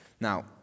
now